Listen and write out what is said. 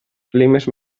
climes